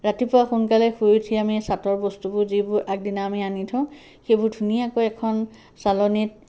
ৰাতিপুৱা সোনকালে শুই উঠি আমি চাটৰ বস্তুবোৰ যিবোৰ আগদিনা আমি আনি থওঁ সেইবোৰ ধুনীয়াকৈ এখন চালনীত